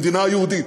במדינה יהודית.